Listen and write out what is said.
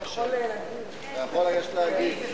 אדוני, זה לא מלשינים,